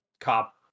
cop